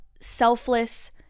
selfless